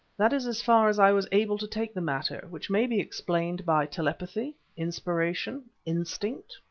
that is as far as i was able to take the matter, which may be explained by telepathy, inspiration, instinct,